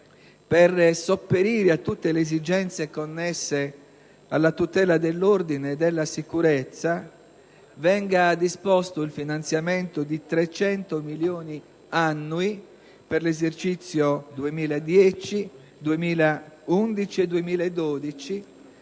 per sopperire a tutte le esigenze connesse alla tutela dell'ordine e della sicurezza, venga disposto il finanziamento di 300 milioni annui per gli esercizi 2010, 2011 e 2012;